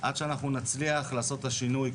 עד שנצליח לעשות את השינוי,